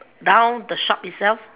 down the shop itself